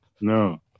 No